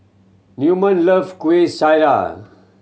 Newman love Kueh Syara